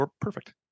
perfect